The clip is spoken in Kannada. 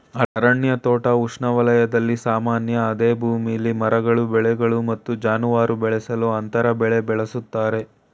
ಅರಣ್ಯ ತೋಟ ಉಷ್ಣವಲಯದಲ್ಲಿ ಸಾಮಾನ್ಯ ಅದೇ ಭೂಮಿಲಿ ಮರಗಳು ಬೆಳೆಗಳು ಮತ್ತು ಜಾನುವಾರು ಬೆಳೆಸಲು ಅಂತರ ಬೆಳೆ ಬಳಸ್ತರೆ